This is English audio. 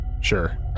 Sure